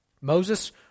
Moses